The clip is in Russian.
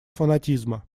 фанатизма